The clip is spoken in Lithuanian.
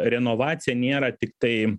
renovacija nėra tiktai